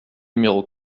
numéro